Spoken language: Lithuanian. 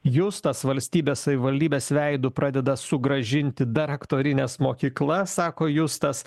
justas valstybės savivaldybės veidu pradeda sugrąžinti daraktorines mokyklas sako justas